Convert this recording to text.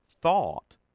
thought